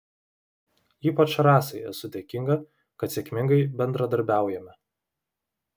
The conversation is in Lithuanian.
ypač rasai esu dėkinga kad sėkmingai bendradarbiaujame